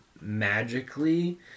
magically